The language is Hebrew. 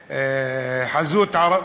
אם חזות ערבית,